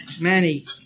Manny